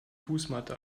fußmatte